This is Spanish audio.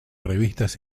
revistas